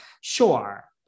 sure